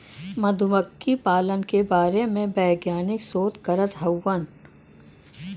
मधुमक्खी पालन के बारे में वैज्ञानिक शोध करत हउवन